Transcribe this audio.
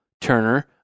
Turner